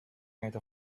made